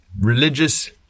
religious